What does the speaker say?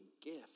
gift